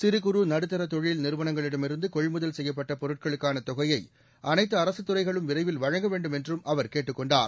சிறு குறு நடுத்தர தொழில் நிறுவனங்களிடமிருந்து கொள்முதல் செய்யப்பட்ட பொருட்களுக்கான தொகையைஅனைத்து அரசு துறைகளும் விரைவில் வழங்க வேண்டும் என்றும் அவர் கேட்டுக் கொண்டார்